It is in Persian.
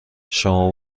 شما